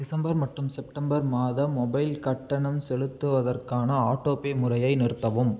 December மற்றும் September மாத mobile கட்டணம் செலுத்துவதற்கான ஆட்டோ பே முறையை நிறுத்தவும்